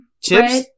Chips